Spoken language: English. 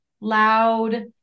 loud